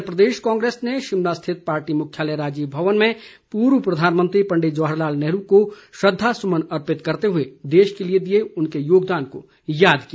इधर प्रदेश कांग्रेस ने शिमला स्थित पार्टी मुख्यालय राजीव भवन में पूर्व प्रधानमंत्री पंडित जवाहर लाल नेहरू को श्रद्वासुमन अर्पित करते हए देश के लिए दिए उनके योगदान को याद किया